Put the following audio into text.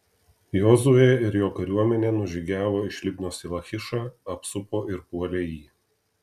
jozuė ir jo kariuomenė nužygiavo iš libnos į lachišą apsupo ir puolė jį